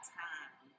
time